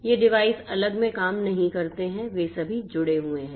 ये डिवाइस अलग में काम नहीं करते हैं वे सभी जुड़े हुए हैं